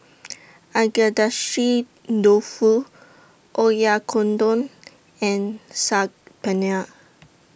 Agedashi Dofu Oyakodon and Saag Paneer